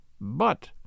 But—